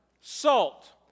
salt